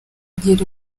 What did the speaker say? ugira